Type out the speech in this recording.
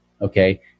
okay